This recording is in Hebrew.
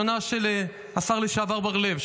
השנה של השר לשעבר בר-לב,